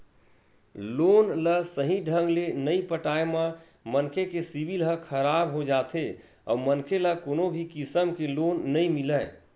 loan ल सहीं ढंग ले नइ पटाए म मनखे के सिविल ह खराब हो जाथे अउ मनखे ल कोनो भी किसम के लोन नइ मिलय